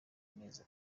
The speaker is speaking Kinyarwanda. mezi